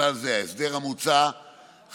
ובכלל זה: ההסדר המוצע חל